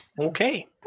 Okay